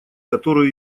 которую